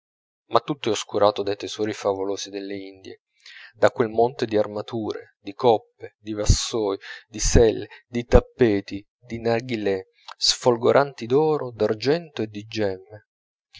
ma tutto è oscurato dai tesori favolosi delle indie da quel monte di armature di coppe di vassoi di selle di tappeti di narghilè sfolgoranti d'oro d'argento e di